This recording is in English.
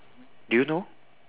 do you know